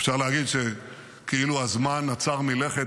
אפשר להגיד שכאילו הזמן עצר מלכת.